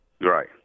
Right